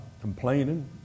complaining